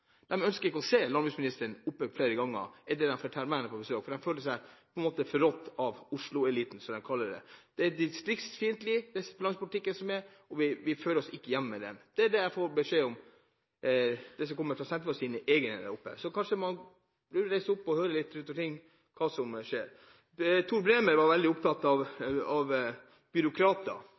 ønsker ikke å se landbruksministeren der oppe flere ganger, er det de forteller meg når jeg er på besøk, for de føler seg på en måte forrådt av Oslo-eliten, som de kaller det. Landbrukspolitikken er distriktsfiendtlig, og de føler seg ikke hjemme i den. Det er det jeg får beskjed om, og det kommer fra Senterpartiets egne der oppe. Så kanskje man burde reise opp og høre litt om hva som skjer rundt omkring. Tor Bremer var veldig opptatt av